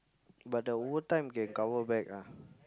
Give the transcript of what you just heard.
but the overtime can cover back ah